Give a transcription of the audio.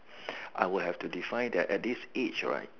I would have to define that at this age right